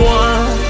one